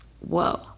Whoa